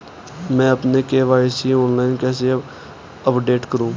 मैं अपना KYC online कैसे अपडेट करूँ?